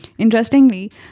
Interestingly